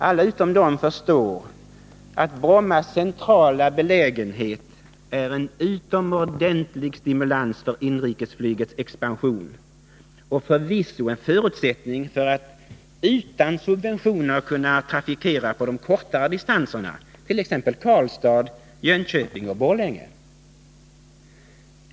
Alla utom de förstår att Brommas centrala belägenhet är en utomordentlig stimulans för inrikesflygets expansion och förvisso en förutsättning för att utan subventioner kunna trafikera på de kortare distanserna, t.ex. Karlstad, Jönköping och Borlänge.